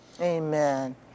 Amen